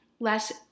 less